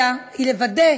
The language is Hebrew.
אותה.